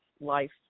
life